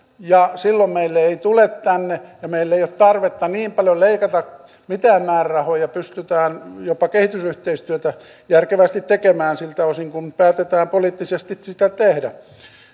silloin meille ei tule tänne maahanmuuttajia ja meillä ei ole tarvetta niin paljon leikata mitään määrärahoja pystytään jopa kehitysyhteistyötä järkevästi tekemään siltä osin kun päätetään poliittisesti sitä tehdä